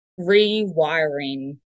rewiring